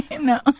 No